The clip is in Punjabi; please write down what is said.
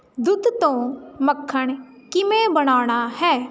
ਦੁੱਧ ਤੋਂ ਮੱਖਣ ਕਿਵੇਂ ਬਣਾਉਣਾ ਹੈ